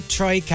Troy